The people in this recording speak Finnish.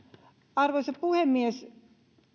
arvoisa puhemies